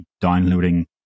downloading